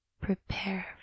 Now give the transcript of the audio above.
prepare